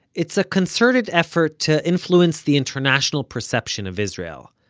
it's a concerted effort to influence the international perception of israel.